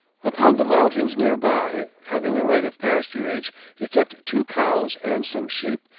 upon the mountains near by, having a right of pasturage, he kept two cows and some sheep,